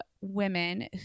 women